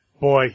Boy